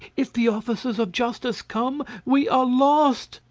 if the officers of justice come, we are lost!